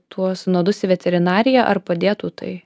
tuos nuodus į veterinariją ar padėtų tai